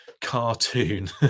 cartoon